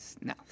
No